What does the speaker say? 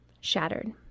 shattered